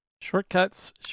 Shortcuts